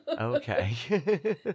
okay